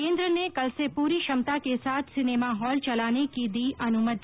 केन्द्र ने कल से पूरी क्षमता के साथ सिनेमा हॉल चलाने की दी अनुमति